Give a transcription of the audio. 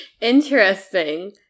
interesting